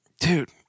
Dude